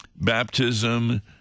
baptism